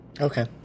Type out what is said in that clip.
Okay